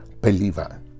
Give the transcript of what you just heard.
believer